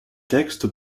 texte